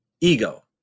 ego